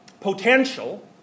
potential